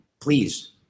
please